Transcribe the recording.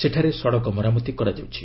ସେଠାରେ ସଡ଼କ ମରାମତି କରାଯାଉଛି